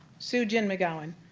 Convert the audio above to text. sue gin mcgowan,